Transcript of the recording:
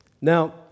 now